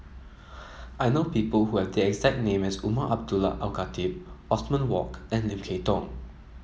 I know people who have the exact name as Umar Abdullah Al Khatib Othman Wok and Lim Kay Tong